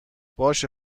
باشه